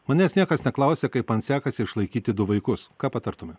manęs niekas neklausė kaip man sekasi išlaikyti du vaikus ką patartumėt